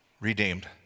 redeemed